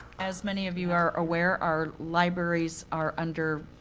as many of you are aware, our libraries are under